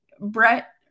Brett